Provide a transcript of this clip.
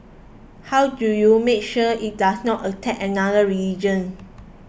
how do you make sure it does not attack another religion